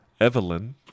Evelyn